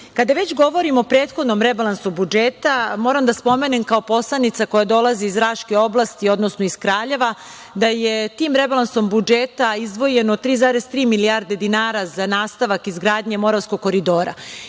već govorimo o prethodnom rebalansu budžeta, moram da spomenem kao poslanika koja dolazi iz Raške oblasti, odnosno iz Kraljeva, da je tim rebalansom budžeta izdvojeno 3,3 milijarde dinara za nastavak izgradnje Moravskog koridora.